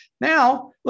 Now